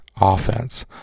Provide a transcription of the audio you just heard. offense